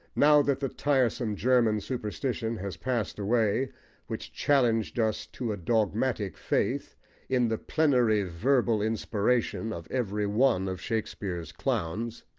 now that the tiresome german superstition has passed away which challenged us to a dogmatic faith in the plenary verbal inspiration of every one of shakespeare's clowns.